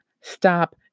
stop